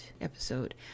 episode